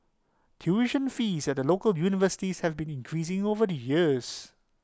tuition fees at the local universities have been increasing over the years